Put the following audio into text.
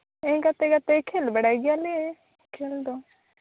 ᱦᱮᱸ ᱜᱟᱛᱮ ᱜᱟᱛᱮ ᱠᱷᱮᱞ ᱵᱟᱲᱟᱭ ᱜᱮᱭᱟ ᱞᱮ ᱠᱷᱮᱞ ᱫᱚ